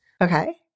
Okay